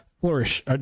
Flourish